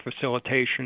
facilitation